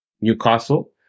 Newcastle